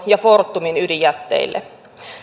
ja fortumin ydinjätteille